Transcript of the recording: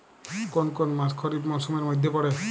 কোন কোন মাস খরিফ মরসুমের মধ্যে পড়ে?